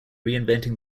reinventing